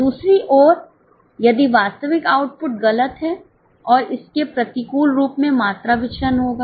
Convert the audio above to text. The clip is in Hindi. दूसरी ओर यदि वास्तविक आउटपुट गलत है तो इसके प्रतिकूल रूप में मात्रा विचलन होगा